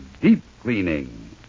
deep-cleaning